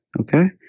Okay